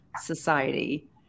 society